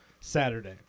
Saturday